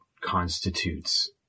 constitutes